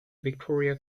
victoria